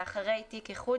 ואחרי "תיק איחוד",